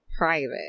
private